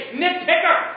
nitpicker